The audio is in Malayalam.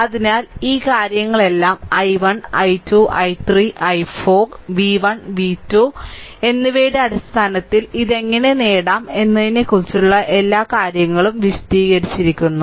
അതിനാൽ ഈ കാര്യങ്ങളെല്ലാം i1 i1 i2 i3 i4 v1 v2 എന്നിവയുടെ അടിസ്ഥാനത്തിൽ ഇത് എങ്ങനെ നേടാം എന്നതിനെക്കുറിച്ചുള്ള എല്ലാ കാര്യങ്ങളും വിശദീകരിച്ചിരിക്കുന്നു